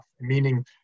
Meaning